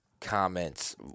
comments